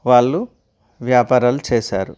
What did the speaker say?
వాళ్ళు వ్యాపారాలు చేసారు